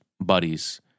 buddies